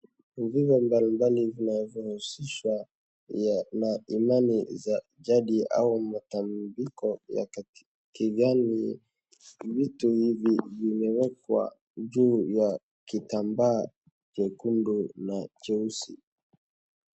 Vitu mbalimbali vinavyohusishwa na imani za jadi au matambiko ya kijani, vitu hivi vimewekwa juu ya kitambaa chekundu na cheusi.